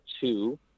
Two